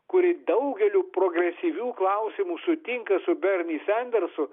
kuri daugeliu progresyvių klausimų sutinka su berni sendersu